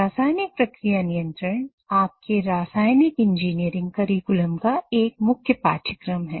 रासायनिक प्रक्रिया नियंत्रण आपके रासायनिक इंजीनियरिंग करिकुलम का एक मुख्य पाठ्यक्रम है